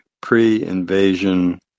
pre-invasion